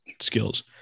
skills